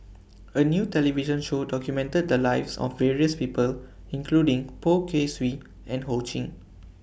A New television Show documented The Lives of various People including Poh Kay Swee and Ho Ching